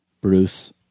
Bruce